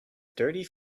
dirty